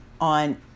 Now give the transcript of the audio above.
on